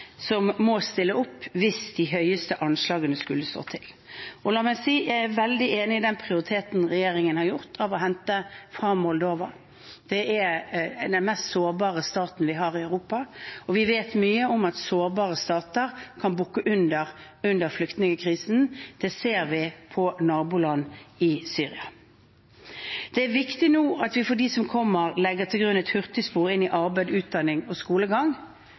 som må stille opp, hvis de høyeste anslagene skulle slå til. Jeg er veldig enig i den prioriteringen regjeringen har gjort med å hente fra Moldova. Det er den mest sårbare staten vi har i Europa, og vi vet mye om at sårbare stater kan bukke under under flyktningkriser. Der ser vi på naboland til Syria. Det er nå viktig at vi for dem som kommer, legger til grunn et hurtigspor inn i arbeid, utdanning og skolegang.